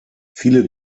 viele